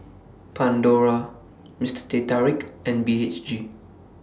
Pandora Mister Teh Tarik and B H G